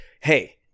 hey